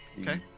Okay